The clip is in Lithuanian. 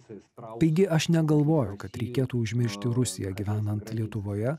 taigi aš negalvoju kad reikėtų užmiršti rusiją gyvenant lietuvoje